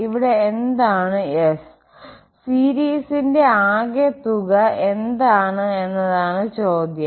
ഇവിടെ എന്താണ് S സീരീസിന്റെ ആകെത്തുക എന്താണ് എന്നതാണ് ചോദ്യം